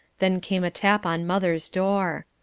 then came a tap on mother's door.